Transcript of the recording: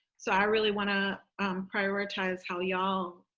so i really want to prioritize how y'all